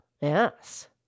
Yes